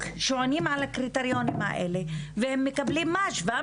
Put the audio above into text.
עונים על הקריטריונים האלה והם מקבלים מה?